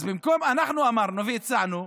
אנחנו אמרנו והצענו: